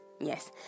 Yes